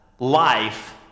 life